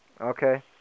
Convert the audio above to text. Okay